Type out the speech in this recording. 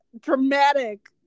dramatic